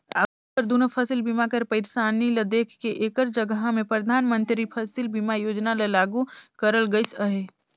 आघु कर दुनो फसिल बीमा कर पइरसानी ल देख के एकर जगहा में परधानमंतरी फसिल बीमा योजना ल लागू करल गइस अहे